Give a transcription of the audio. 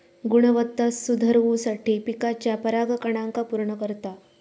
गुणवत्ता सुधरवुसाठी पिकाच्या परागकणांका पुर्ण करता